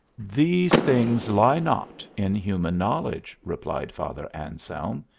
these things lie not in human knowledge, replied father anselm.